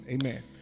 amen